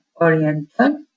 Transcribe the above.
Oriental